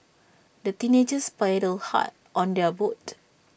the teenagers paddled hard on their boat